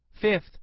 Fifth